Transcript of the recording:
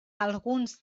alguns